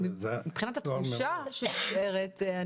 מבחינת התחושה שנשארת,